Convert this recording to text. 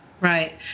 Right